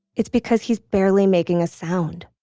it's because he's barely making a sound.